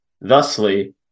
Thusly